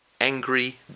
Angry